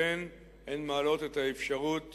והוא מעלה את האפשרות